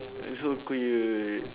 uh so cute